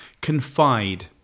confide